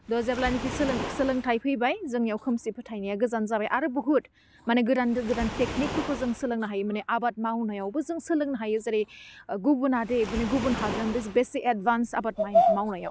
दह जेब्लानाखि सोलोंथाइ फैबाय जोंनियाव खोमसि फोथायनाया गोजान जाबाय आरो बुहुत माने गोदान गोदान टेकनिकफोरखौ जों सोलोंनो हायो माने आबाद मावनायावबो जों सोलोंनो हायो जेरै गुबुनादे माने गुबुन हादोरा बेस बेसे एडभान्स आबाद माइ मावनायआव